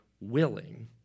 willing